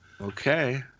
Okay